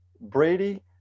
Brady